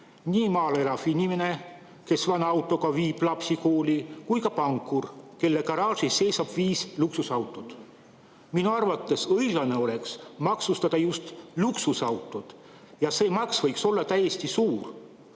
nii maal elav inimene, kes vana autoga viib lapsi kooli, kui ka pankur, kelle garaažis seisab viis luksusautot. Minu arvates õiglane oleks maksustada just luksusautod ja see maks võiks olla päris suur.